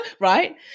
right